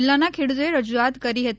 જિલ્લાના ખેડૂતોએ રજુઆત કરી હતી